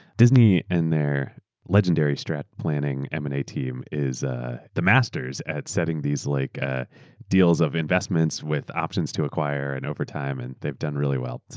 disney and their legendary strat planning m and a team is ah the master at setting these like ah deals of investments, with options to acquire, and over time and theyaeurve done really well.